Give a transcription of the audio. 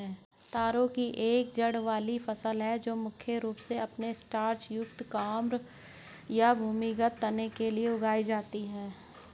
तारो एक जड़ वाली फसल है जो मुख्य रूप से अपने स्टार्च युक्त कॉर्म या भूमिगत तने के लिए उगाई जाती है